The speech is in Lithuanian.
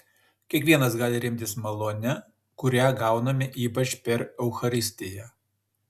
kiekvienas gali remtis malone kurią gauname ypač per eucharistiją